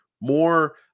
more